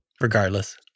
regardless